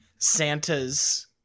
Santa's